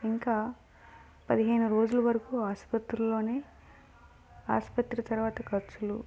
ఇంకా పదిహేను రోజుల వరకు ఆసుపత్రిలో ఆసుపత్రి తర్వాత ఖర్చులు